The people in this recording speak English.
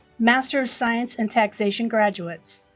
master of science in taxation graduates